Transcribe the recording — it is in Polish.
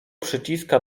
przyciska